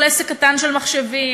כל עסק קטן של מחשבים,